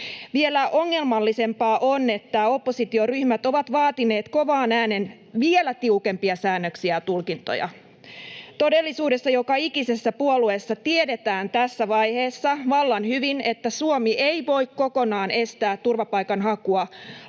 Vielä ongelmallisempaa on, että oppositioryhmät ovat vaatineet kovaan ääneen vielä tiukempia säännöksiä ja tulkintoja. Todellisuudessa joka ikisessä puolueessa tiedetään tässä vaiheessa vallan hyvin, että Suomi ei voi kokonaan estää turvapaikanhakua